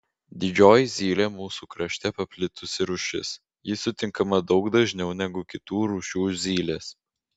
didžioji zylė mūsų krašte paplitusi rūšis ji sutinkama daug dažniau negu kitų rūšių zylės